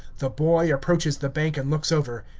the boy approaches the bank and looks over.